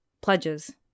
pledges